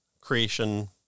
creation